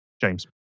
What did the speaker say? James